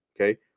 okay